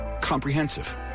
Comprehensive